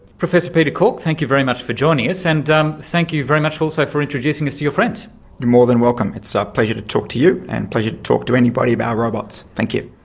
professor peter corke, thank you very much for joining us, and um thank you very much also for introducing us to your friends. you're more than welcome, it's ah a pleasure to talk to you and a pleasure to talk to anybody about robots. thank you.